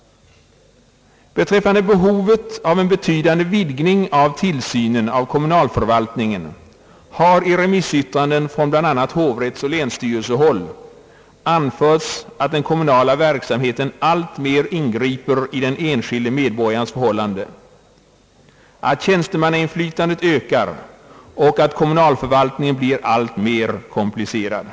Beträffande behovet av en betydande vidgning av tillsynen av kommunalförvaltningen har i remissyttranden från bl.a. hovrättsoch länsstyrelsehåll anförts, att den kommunala verksamheten alltmer ingriper i den enskilde medborgarens förhållanden, att tjänstemannainflytandet ökar och att kommunalförvaltningen blir alltmer komplicerad.